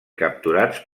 capturats